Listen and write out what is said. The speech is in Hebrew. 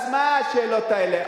מונו, אז מה השאלות האלה?